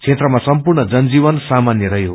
क्षेत्रमा सम्पूर्ण जनजीवन सामान्य रह्यो